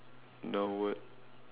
now what